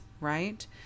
right